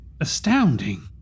astounding